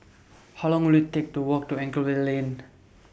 How Long Will IT Take to Walk to Anchorvale LINK